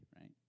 right